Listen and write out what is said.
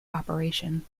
operation